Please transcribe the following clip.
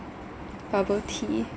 bubble tea